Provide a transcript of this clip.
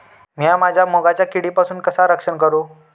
मीया माझ्या मुगाचा किडीपासून कसा रक्षण करू?